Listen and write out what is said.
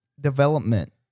development